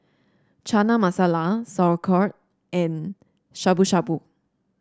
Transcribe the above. Chana Masala Sauerkraut and Shabu Shabu